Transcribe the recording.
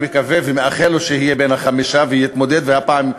ואני מקווה ומאחל לו שיהיה בין החמישה ויתמודד ויזכה הפעם.